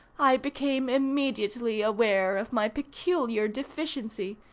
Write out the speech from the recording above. i became immediately aware of my peculiar deficiency,